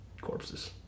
corpses